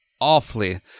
awfully